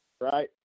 Right